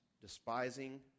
despising